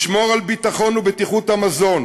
לשמור על ביטחון ובטיחות המזון